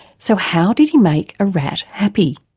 so how did he make a rat happy?